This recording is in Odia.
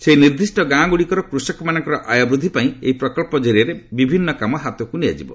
ସେହି ନିର୍ଦ୍ଦିଷ୍ଟ ଗାଁଗୁଡ଼ିକର କୃଷକମାନଙ୍କର ଆୟ ବୃଦ୍ଧି ପାଇଁ ଏହି ପ୍ରକଳ୍ପ କରିଆରେ ବିଭିନ୍ନ କାମ ହାତକୁ ନିଆଯିବ